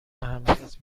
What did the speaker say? اهمیت